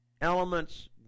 elements